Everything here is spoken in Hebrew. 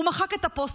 הוא מחק את הפוסט.